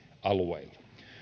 alueilla